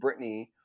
britney